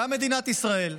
וגם מדינת ישראל,